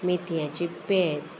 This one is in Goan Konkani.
मेथयांची पेज